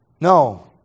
No